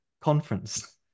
conference